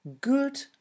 good